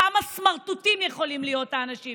כמה סמרטוטים יכולים להיות האנשים